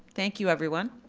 thank you everyone.